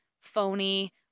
phony